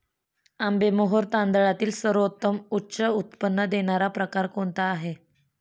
आंबेमोहोर तांदळातील सर्वोत्तम उच्च उत्पन्न देणारा प्रकार कोणता आहे?